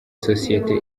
sosiyete